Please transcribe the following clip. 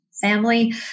Family